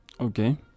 Okay